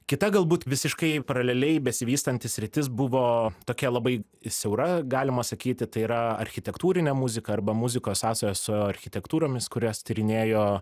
kita galbūt visiškai paraleliai besivystanti sritis buvo tokia labai siaura galima sakyti tai yra architektūrinė muzika arba muzikos sąsaja su architektūromis kurias tyrinėjo